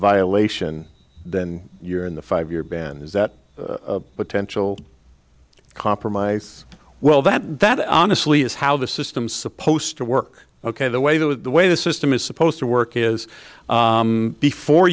violation then you're in the five year ban is that potential compromise well that that honestly is how the system supposed to work ok the way that the way the system is supposed to work is before